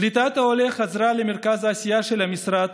קליטת העולה חזרה למרכז העשייה של המשרד,